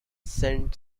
send